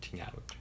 out